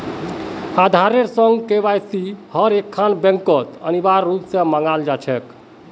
आधारेर संग केवाईसिक हर एकखन बैंकत अनिवार्य रूप स मांगाल जा छेक